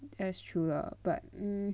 that's true lah but mm